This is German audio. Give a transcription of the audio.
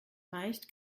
reicht